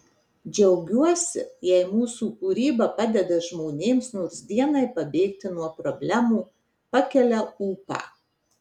džiaugiuosi jei mūsų kūryba padeda žmonėms nors dienai pabėgti nuo problemų pakelia ūpą